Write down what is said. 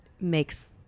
makes